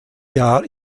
jahr